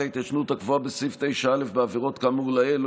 ההתיישנות הקבועה בסעיף 9(א) בעבירות כאמור לעיל,